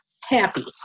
happy